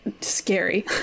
scary